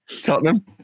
Tottenham